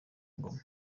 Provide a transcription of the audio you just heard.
ngoma